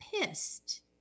pissed